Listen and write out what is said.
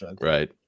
Right